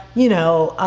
you know,